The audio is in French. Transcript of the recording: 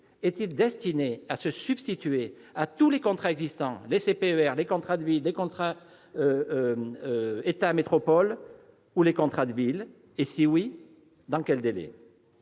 est-il destiné à se substituer à tous les contrats existants : les CPER, les contrats de ville, les contrats État-métropole, les contrats de ruralité ? Si oui, dans quel délai ?